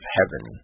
Heaven